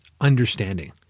understanding